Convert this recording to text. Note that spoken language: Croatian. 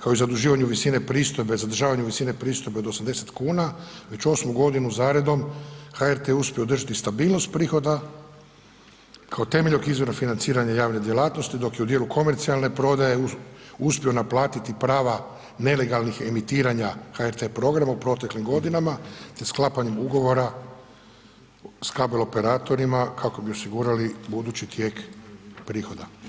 kao i zaduživanju u visine pristojbe, zadržavanje visine pristojbe od 80 kuna već 8 godinu zaredom HRT je uspio održati stabilnost prihoda kao temeljnog izvora financiranja javne djelatnosti dok je u dijelu komercijalne prodaje uspio naplatiti prava nelegalnih emitiranja HRT programa u proteklim godinama te sklapanjem ugovora s kabeloperatorima kako bi osigurali budući tijek prihoda.